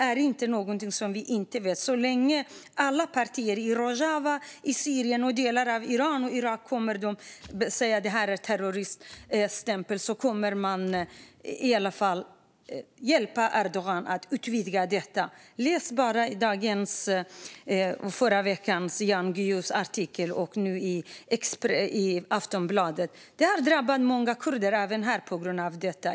Så länge alla dessa partier i Rojava, i Syrien och i delar av Iran och Irak har terroriststämpel kommer det att hjälpa Erdogans utvidgning. Läs bara Jan Guillous artikel från förra veckan, nu senast i Aftonbladet! Detta drabbar många kurder även här.